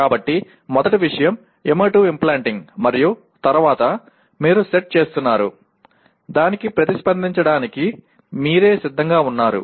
కాబట్టి మొదటి విషయం ఎమోటివ్ ఇంప్లాంటింగ్ మరియు తరువాత మీరు సెట్ చేస్తున్నారు దానికి ప్రతిస్పందించడానికి మీరే సిద్ధంగా ఉన్నారు